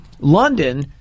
London